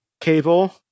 Cable